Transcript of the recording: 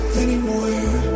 anymore